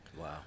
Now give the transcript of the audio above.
Wow